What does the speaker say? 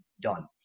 done